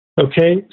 Okay